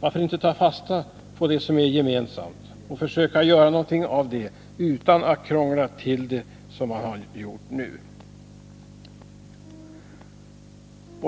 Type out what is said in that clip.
Varför inte ta fasta på det som är gemensamt och försöka göra någonting av det utan att krångla till det, som man har gjort nu.